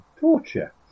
torture